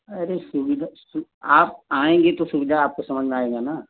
अरे सुविधा सु आप आएँगी तो सुविधा आपको समझ में आएगा न